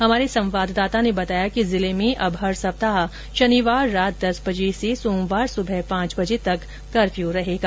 हमारे संवाददाता ने बताया कि जिले में अब हर सप्ताह शनिवार रात दस बजे से सोमवार सुबह पांच बजे तक कफ्यू रहेगा